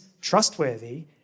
trustworthy